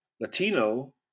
Latino